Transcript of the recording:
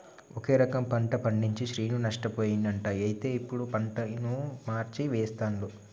ఒకే రకం పంట పండించి శ్రీను నష్టపోయిండు అంట అయితే ఇప్పుడు పంటను మార్చి వేస్తండు